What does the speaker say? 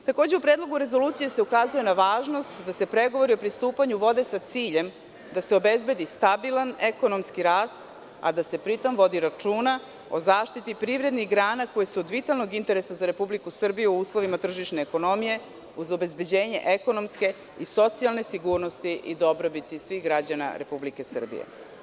U Predlogu rezolucije se ukazuje na važnost da se pregovori u pristupanju vode sa ciljem, da se obezbedi stabilan ekonomski rast, a da se pri tom vodi računa o zaštiti privrednih grana koje su od vitalnog interesa za Republiku Srbiju o uslovima tržišne ekonomije uz obezbeđenje ekonomske i socijalne sigurnosti i dobrobiti svih građana Republike Srbije.